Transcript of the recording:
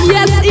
Yes